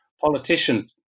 Politicians